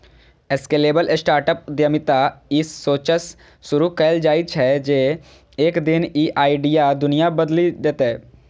scalable startup उद्यमिता ई सोचसं शुरू कैल जाइ छै, जे एक दिन ई आइडिया दुनिया बदलि देतै